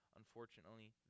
unfortunately